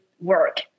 work